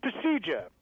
procedure